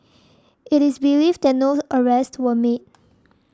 it is believed that no arrests were made